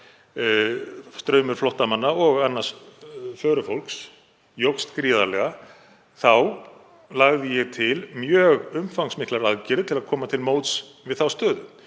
straumur flóttamanna og annars förufólks jókst gríðarlega, lagði ég til mjög umfangsmiklar aðgerðir til að koma til móts við þá stöðu